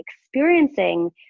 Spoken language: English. experiencing